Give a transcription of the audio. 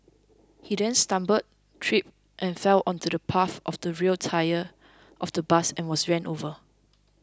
he then stumbled tripped and fell onto the path of the rear tyre of the bus and was run over